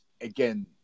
again